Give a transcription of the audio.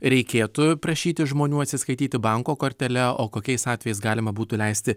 reikėtų prašyti žmonių atsiskaityti banko kortele o kokiais atvejais galima būtų leisti